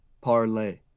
parlay